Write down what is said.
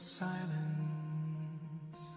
silence